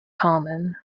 harmon